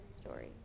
story